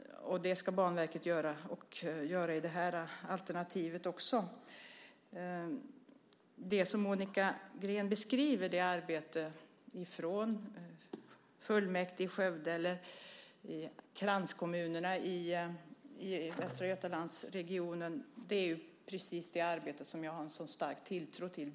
Det ska Banverket göra också i det här alternativet. Det arbete som Monica Green beskriver från fullmäktige i Skövde eller kranskommunerna i Västra Götalandsregionen är precis det arbete som jag har en sådan stark tilltro till.